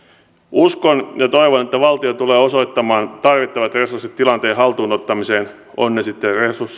uskon ja toivon että valtio tulee osoittamaan tarvittavat resurssit tilanteen haltuun ottamiseen on ne sitten